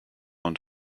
und